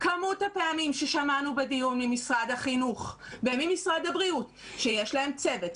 כמות הפעמים ששמענו בדיון ממשרד החינוך וממשרד הבריאות שיש להם צוות,